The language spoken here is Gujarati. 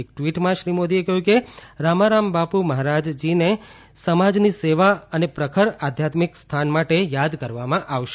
એક ટ્વીટમાં શ્રી મોદીએ કહ્યું કે રામારાવ બાપુ મહારાજજીને સમાજની સેવા અને પ્રખર આધ્યામિક સ્થાન માટે યાદ કરવામાં આવશે